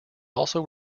also